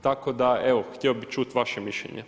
Tako da evo, htio bih čut vaše mišljenje.